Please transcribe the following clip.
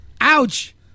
Ouch